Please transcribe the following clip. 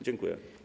Dziękuję.